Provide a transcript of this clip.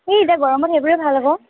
সেই এতিয়া গৰমত সেইবোৰে ভাল আকৌ